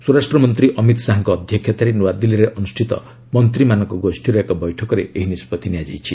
ସ୍ୱରାଷ୍ଟ୍ରମନ୍ତ୍ରୀ ଅମିତ ଶାହାଙ୍କ ଅଧ୍ୟକ୍ଷତାରେ ନୂଆଦିଲ୍ଲୀରେ ଅନୁଷ୍ଠିତ ମନ୍ତ୍ରୀମାନଙ୍କ ଗୋଷୀର ଏକ ବୈଠକରେ ଏହି ନିଷ୍ପଭି ନିଆଯାଇଛି